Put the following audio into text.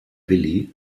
willi